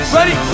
Ready